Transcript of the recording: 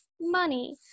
money